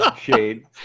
Shade